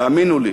והאמינו לי,